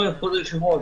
נושאים.